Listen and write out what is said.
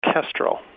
kestrel